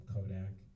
Kodak